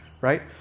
right